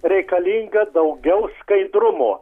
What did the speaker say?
reikalinga daugiau skaidrumo